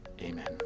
Amen